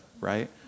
right